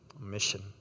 mission